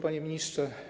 Panie Ministrze!